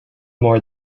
more